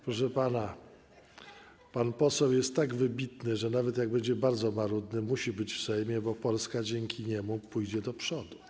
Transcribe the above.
Proszę pana, pan poseł jest tak wybitny, że nawet jak będzie bardzo marudny, musi być w Sejmie, bo Polska dzięki niemu pójdzie od przodu.